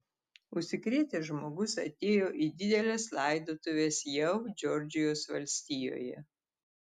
užsikrėtęs žmogus atėjo į dideles laidotuves jav džordžijos valstijoje